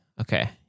Okay